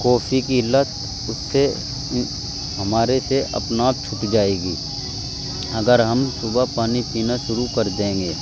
کوفی کی لت اس سے ہمارے سے اپنا آپ چھوٹ جائے گی اگر ہم صبح پانی پینا شروع کر دیں گے